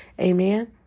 Amen